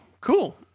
cool